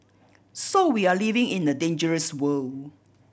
so we are living in a dangerous world